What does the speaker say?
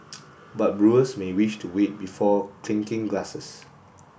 but brewers may wish to wait before clinking glasses